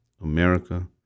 America